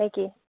নে কি